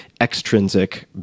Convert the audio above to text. extrinsic